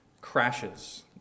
crashes